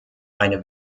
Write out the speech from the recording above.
eine